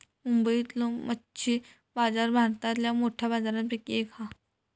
मुंबईतलो मच्छी बाजार भारतातल्या मोठ्या बाजारांपैकी एक हा